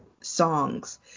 songs